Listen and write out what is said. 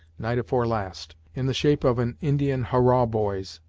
night afore last, in the shape of an indian hurrah-boys!